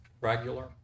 regular